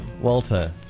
Walter